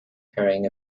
carrying